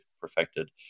perfected